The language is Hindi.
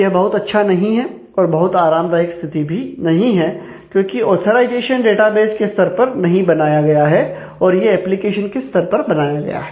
यह बहुत अच्छा नहीं है और बहुत आरामदायक स्थिति भी नहीं है क्योंकि ऑथराइजेशन डेटाबेस के स्तर पर नहीं बनाया गया है और यह एप्लीकेशन के स्तर पर बनाया गया है